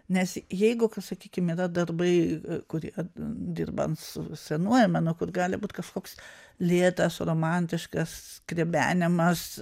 nes jeigu kas sakykime yra darbai kurie dirbant su senuoju menu kur gali būt kažkoks lėtas romantiškas skrebenimas